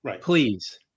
please